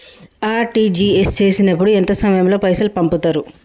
RTGS చేసినప్పుడు ఎంత సమయం లో పైసలు పంపుతరు?